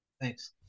Thanks